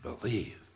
believe